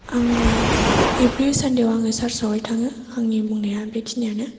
आङो इब्रि सानडे आव आङो सार्सआवहाय थाङो आंनि बुंनाया बेखिनियानो